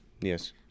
Yes